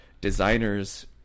designers